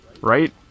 Right